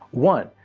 one,